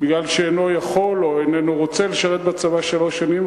בגלל שאינו יכול או איננו רוצה לשרת בצבא שלוש שנים.